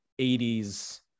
80s